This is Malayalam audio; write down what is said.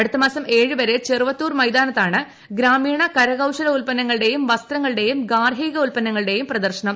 അടുത്ത മാസം ഏഴുവരെ ചെറുവത്തൂർ മൈതാനത്താണ് ഗ്രാമീണ കരകൌശല ഉൽപ്പന്നങ്ങളുടെയും വസ്ത്രങ്ങളുടെയും ഗാർഹിക ഉൽപ്പന്നങ്ങളുടെയും പ്രദർശനം